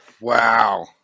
Wow